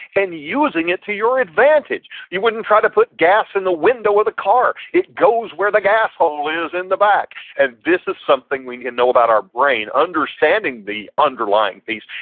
and using it to your advantage. you wouldn't try to put gas in the window of the car. it goes where the gas hole is in the back. and this is something we know about our brain, understanding the underlying piece,